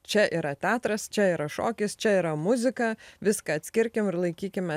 čia yra teatras čia yra šokis čia yra muzika viską atskirkim ir laikykime